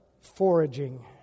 foraging